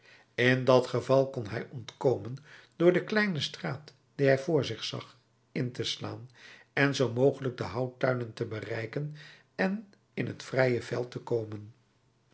in dat geval kon hij ontkomen door de kleine straat die hij voor zich zag in te slaan en zoo mogelijk de houttuinen te bereiken en in t vrije veld te komen